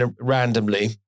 randomly